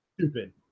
Stupid